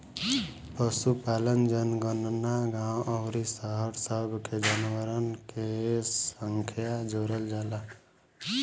पशुपालन जनगणना गांव अउरी शहर सब के जानवरन के संख्या जोड़ल जाला